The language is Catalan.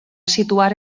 situar